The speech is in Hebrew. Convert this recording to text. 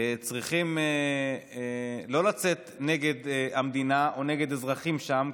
צריכים לא לצאת נגד המדינה או נגד אזרחים שם,